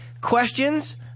questions